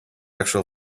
actual